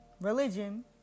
religion